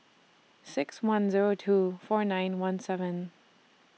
six one Zero two four nine one seven